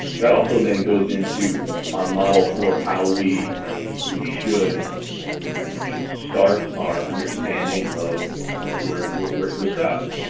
that also then goes into our model for how we we should should start our understanding of of where where to assess.